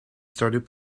started